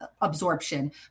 absorption